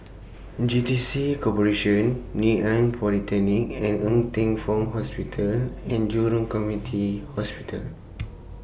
J T C Corporation Ngee Ann Polytechnic and Ng Teng Fong Hospital and Jurong Commity Hospital